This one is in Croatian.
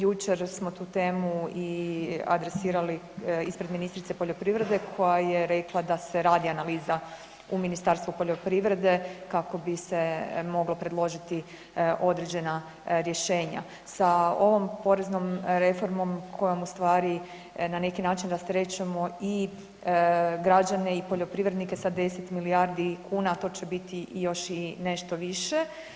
Jučer smo tu temu i adresirali ispred ministrice poljoprivrede koja je rekla da se radi analiza u Ministarstvu poljoprivrede kako bi se moglo predložiti određena rješenja sa ovom poreznom reformom kojom ustvari na neki način rasterećujemo i građane i poljoprivrednike sa 10 milijardi kuna, a to će biti još i nešto više.